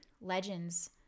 legends